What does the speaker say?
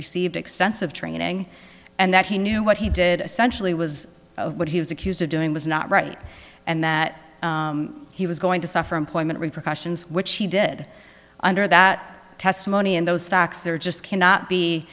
received extensive training and that he knew what he did essential he was what he was accused of doing was not right and that he was going to suffer employment repercussions which he did under that testimony and those facts there just cannot be